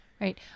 Right